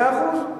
מאה אחוז.